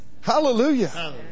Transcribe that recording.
Hallelujah